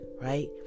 right